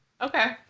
Okay